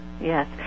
Yes